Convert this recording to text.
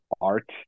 art